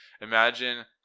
imagine